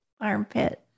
armpit